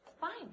Fine